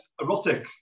erotic